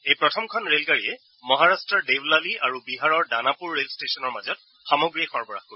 এই প্ৰথমখন ৰেল গাড়ীয়ে মহাৰাট্টৰ দেবলালী আৰু বিহাৰৰ দানাপুৰ ৰেল ষ্টেচনৰ মাজত সামগ্ৰীৰ সৰবৰাহ কৰিব